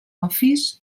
office